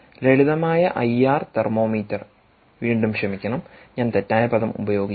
ലളിതമായ IR thermometer വീണ്ടും ക്ഷമിക്കണം ഞാൻ തെറ്റായ പദം ഉപയോഗിച്ചു